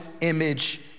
image